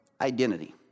Identity